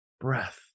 breath